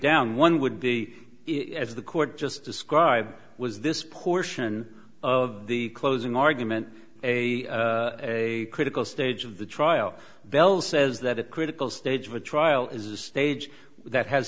down one would be if the court just described was this portion of the closing argument a critical stage of the trial bell says that a critical stage of a trial is a stage that has